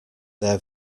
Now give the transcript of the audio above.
their